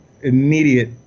immediate